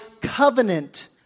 covenant